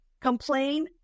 complain